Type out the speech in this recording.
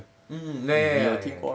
mm ya ya ya